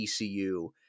ECU